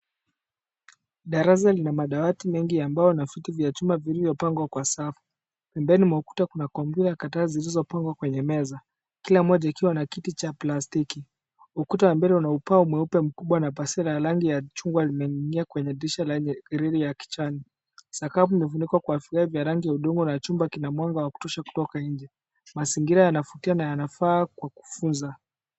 Darasa lina madawati mengi ya mbao na viti vya chuma vilivyopangwa kwa safu. Pembeni mwa ukuta kuna kompyuta kadhaa zilizopangwa kwa meza, kila moja ikiwa na kiti cha plastiki. Ukuta wa mbele una ubao mweupe mkubwa na pasia ya rangi la chungwa limening'inia kwenye dirisha lenye reli ya kijani. Sakafu imefunikwa kwa vigae vya rangi ya udongo na chumba kina mwanga wa kutosha kutoka nje. Mazingira yanavutia na yanafaa kwa kufunza.